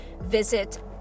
Visit